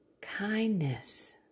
kindness